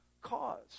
cause